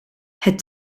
het